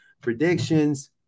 predictions